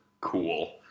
cool